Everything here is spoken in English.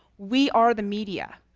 we are the media,